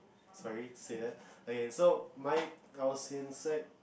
sorry to say that okay so mine I was in sec